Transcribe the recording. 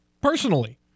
personally